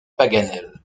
paganel